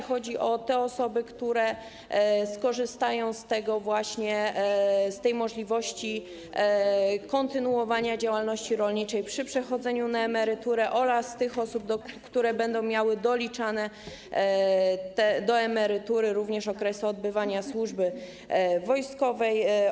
Chodzi o te osoby, które skorzystają właśnie z możliwości kontynuowania działalności rolniczej przy przechodzeniu na emeryturę, oraz o te osoby, które będą miały doliczane do emerytury również okresy odbywania służby wojskowej.